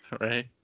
Right